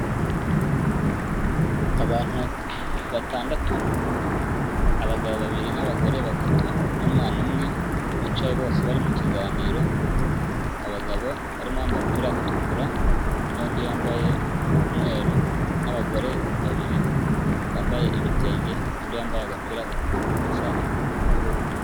Abantu batandatu abagabo babiri n'abagore batatu n'umwana umwe, bicaye bose bari mu kiganiro abagabo harimo uwambaye umupira utukura n'undi yambaye umweru n'abagore babiri bambaye ibitenge, undi yambaye agapira gasa ubururu.